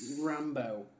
Rambo